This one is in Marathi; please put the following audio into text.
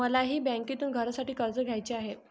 मलाही बँकेतून घरासाठी कर्ज घ्यायचे आहे